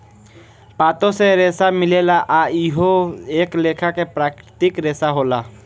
पातो से रेसा मिलेला आ इहो एक लेखा के प्राकृतिक रेसा होला